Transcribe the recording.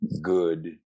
good